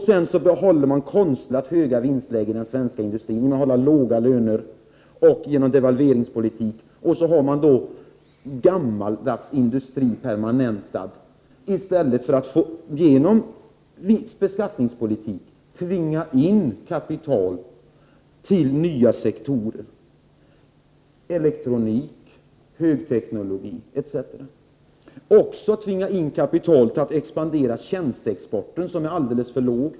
Sedan behåller man konstlat höga vinstlägen i den svenska industrin genom att hålla låga löner och genom att föra en devalveringspolitik. Också har man då en gammaldags industri permanentad i stället för att genom skattepolitiken tvinga in kapital till nya sektorer — elektronik, högteknologi etc. — eller tvinga in kapital för att expandera tjänsteexporten, som är alldeles för låg.